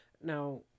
now